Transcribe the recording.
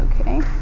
okay